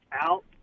Out